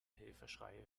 hilfeschreie